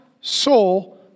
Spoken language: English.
soul